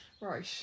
Right